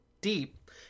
deep